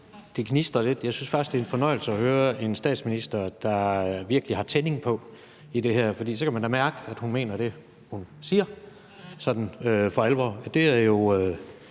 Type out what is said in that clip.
det gnistrer lidt. Jeg synes faktisk, det er en fornøjelse at høre en statsminister, der virkelig har tænding på her, for så kan man da mærke, at hun mener det, hun siger, sådan for alvor. Det synes